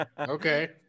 Okay